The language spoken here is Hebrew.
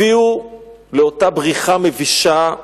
הן הביאו לאותה בריחה מבישה.